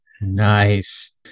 Nice